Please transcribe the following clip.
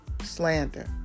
slander